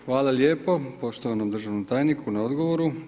Hvala lijepo poštovanom državnom tajniku na odgovoru.